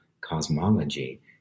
cosmology